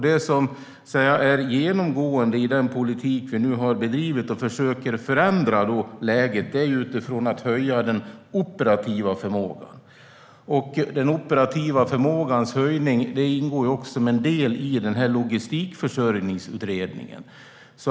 Det som är genomgående i den politik som vi bedriver för att försöka förändra läget är att höja den operativa förmågan. Den operativa förmågans höjning ingår också som en del i logistikförsörjningsutredningen.